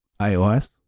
iOS